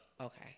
Okay